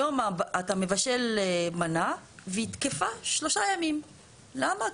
היום אתה מבשל מנה והיא תקפה שלושה ימים, למה?